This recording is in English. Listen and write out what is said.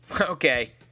Okay